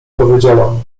powiedziała